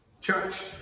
church